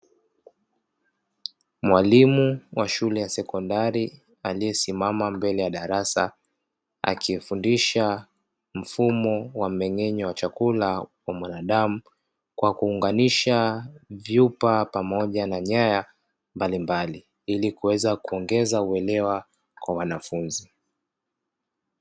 Mwalimu wa shule ya sekondari aliyesimama mbele ya darasa, akifundisha mfumo wa mmeng'enyo wa chakula wa mwanadamu, kwa kuunganisha vyupa pamoja na nyaya mbalimbali ili kuweza kuongeza uelewa kwa wanafunzi.